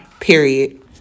Period